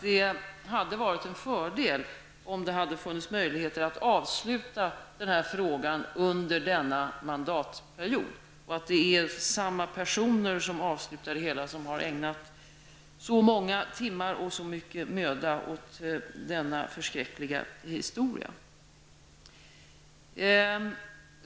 Det vore en fördel om det fanns möjligheter att avsluta denna fråga under denna mandatperiod, så att det är samma personer som avslutar det hela och som också ägnat så många timmar och så mycket möda åt denna förskräckliga historia.